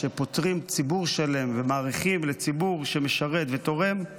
שפוטרים ציבור שלם ומאריכים לציבור שמשרת ותורם,